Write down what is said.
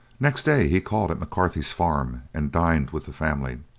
next day he called at mccarthy's farm and dined with the family.